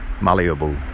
Malleable